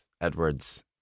Edwards